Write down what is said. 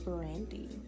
Brandy